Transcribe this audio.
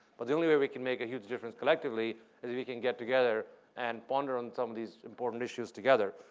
but the only way we can make a huge difference collectively if we can get together and ponder on some of these important issues together.